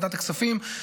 בוועדת הכספים,